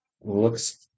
looks